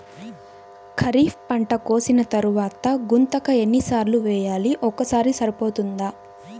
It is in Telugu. ఖరీఫ్ పంట కోసిన తరువాత గుంతక ఎన్ని సార్లు వేయాలి? ఒక్కసారి సరిపోతుందా?